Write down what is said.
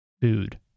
Food